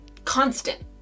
constant